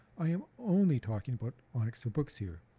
i am only talking about onix for books here.